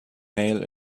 male